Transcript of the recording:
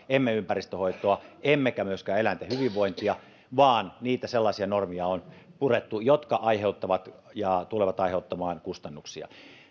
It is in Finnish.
emme ympäristönhoitoa emmekä myöskään eläinten hyvinvointia vaan on purettu niitä sellaisia normeja jotka aiheuttavat ja tulevat aiheuttamaan kustannuksia